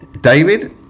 david